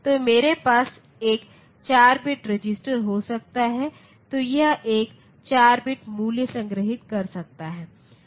तो मेरे पास एक 4 बिट रजिस्टर हो सकता है तो यह एक 4 बिट मूल्य संग्रहीत कर सकता है